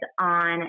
on